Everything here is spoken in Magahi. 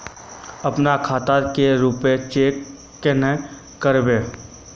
अपना खाता के रुपया चेक केना करबे?